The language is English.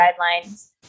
guidelines